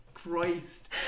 Christ